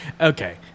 Okay